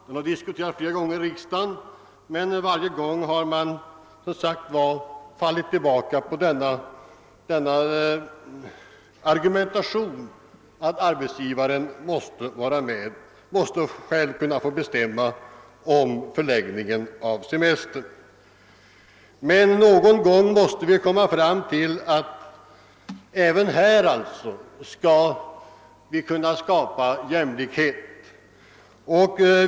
Den har dis kuterats flera gånger i riksdagen, men varje gång har man fallit tillbaka på argumentationen att arbetsgivaren själv måste få bestämma om semesterns förläggning. Någon gång måste vi dock även här kunna skapa jämlikhet.